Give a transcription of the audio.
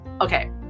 Okay